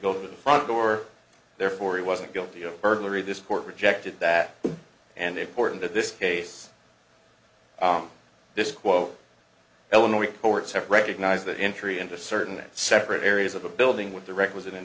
go to the front door therefore he wasn't guilty of burglary this court rejected that and they put in that this case this quote illinois courts have recognized that entry into certain that separate areas of a building with the requisite in